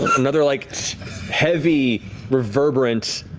another like heavy reverberance,